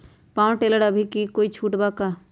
Power tiller पर अभी कोई छुट बा का?